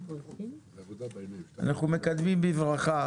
אנחנו מקדמים בברכה